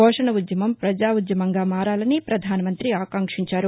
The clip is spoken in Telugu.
పోషణ ఉద్యమం ప్రజా ఉద్యమంగా మారాలని ప్రధానమంతి ఆకాంక్షించారు